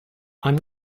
i’m